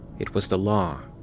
it was the law.